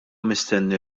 mistenni